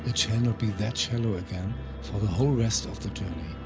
it shall not be that shallow again for the whole rest of the journey,